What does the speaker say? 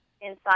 inside